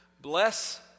Bless